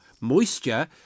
moisture